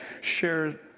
share